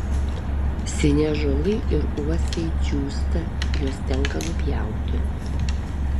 seni ąžuolai ir uosiai džiūsta juos tenka nupjauti